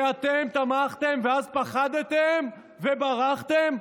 ואתם תמכתם ואז פחדתם וברחתם?